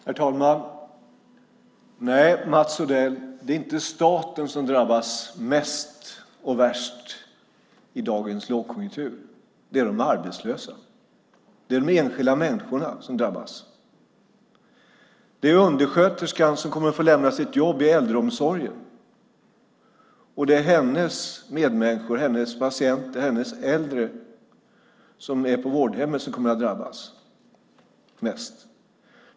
Herr talman! Nej, Mats Odell, det är inte staten som drabbas mest och värst i dagens lågkonjunktur. Det är de arbetslösa, de enskilda människorna, som drabbas. Det är undersköterskan som kommer att få lämna sitt jobb i äldreomsorgen. Det är hennes medmänniskor, hennes patienter, hennes äldre på vårdhemmet som kommer att drabbas mest.